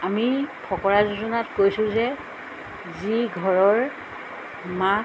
আমি ফকৰা যোজনাত কৈছোঁ যে যি ঘৰৰ মা